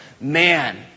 man